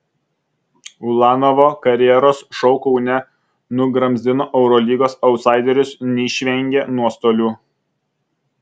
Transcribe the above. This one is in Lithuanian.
ulanovo karjeros šou kaune nugramzdino eurolygos autsaiderius neišvengė nuostolių